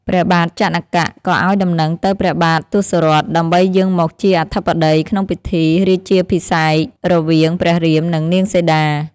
ព្រះបាទជន ក៏ឱ្យដំណឹងទៅព្រះបាទទសរថ ដើម្បីយាងមកជាអធិបតី ក្នុងពិធី រាជាភិសេករវាងព្រះរាម និងនាងសីតា។